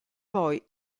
poi